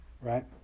right